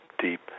deep